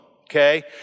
okay